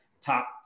top